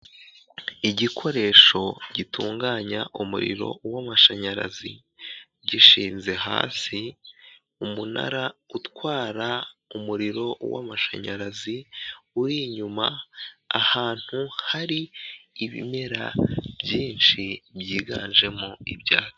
Igikoresho gitunganya umuriro w'amashanyarazi gishinze hasi. Umunara utwara umuriro w'amashanyarazi uri inyuma ahantu hari ibimera byinshi byiganjemo ibyatsi.